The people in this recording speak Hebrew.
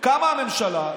כשקמה הממשלה,